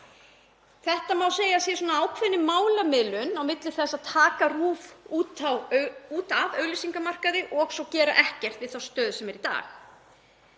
Þetta má segja að sé ákveðin málamiðlun á milli þess að taka RÚV út af auglýsingamarkaði og svo að gera ekkert við þá stöðu sem er í dag.